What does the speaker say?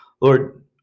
Lord